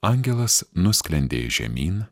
angelas nusklendė žemyn